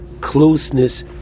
closeness